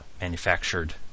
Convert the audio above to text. manufactured